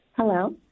Hello